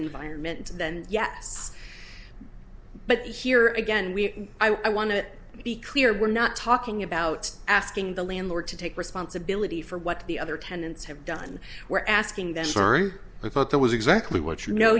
environment then yes but here again we i want to be clear we're not talking about asking the landlord to take responsibility for what the other tenants have done we're asking them sorry i thought that was exactly what you know